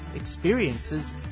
experiences